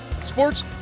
sports